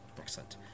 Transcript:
Excellent